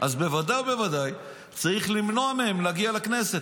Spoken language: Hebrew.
אז בוודאי בוודאי צריך למנוע מהם להגיע לכנסת.